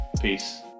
Peace